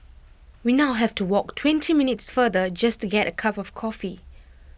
we now have to walk twenty minutes farther just to get A cup of coffee